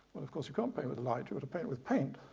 of course you can't paint with light, you but paint with paint.